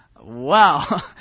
Wow